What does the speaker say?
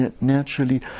naturally